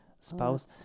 spouse